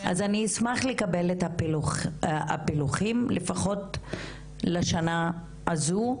אז אני אשמח לקבל את הפילוחים, לפחות לשנה הזו,